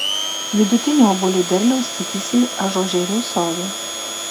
vidutinio obuolių derliaus tikisi ažuožerių sodai